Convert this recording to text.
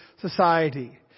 society